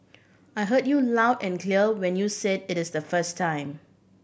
I heard you loud and clear when you said it is the first time